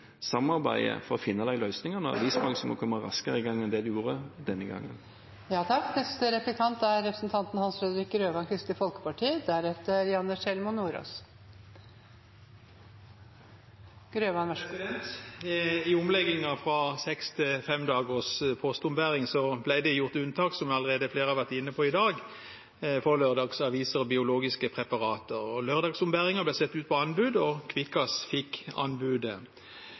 å finne de løsningene, og avisbransjen må komme raskere i gang enn det de gjorde denne gangen. I omleggingen fra seks til fem dagers postombæring ble det, som flere allerede har vært inne på i dag, gjort unntak for lørdagsaviser og biologiske preparater. Lørdagsombæringen ble satt ut på anbud, og Kvikkas fikk anbudet.